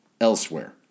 elsewhere